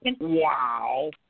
wow